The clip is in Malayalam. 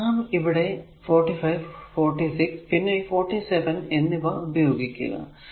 ഇനി നാം ഇവിടെ ഈ 4546 പിന്നെ 47 എന്നിവ ഉപയോഗിക്കുക